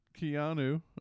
Keanu